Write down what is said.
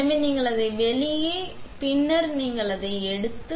எனவே நீங்கள் அதை வெளியே இழுக்க பின்னர் நீங்கள் அதை எடுத்து